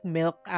milk